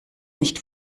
nicht